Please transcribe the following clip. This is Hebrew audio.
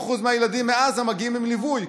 מ-60% מהילדים מעזה מגיעים עם ליווי.